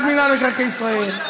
אז מינהל מקרקעי ישראל,